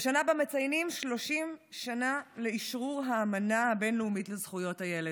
והשנה גם מציינים 30 שנה לאישור האמנה הבין-לאומית לזכויות הילד.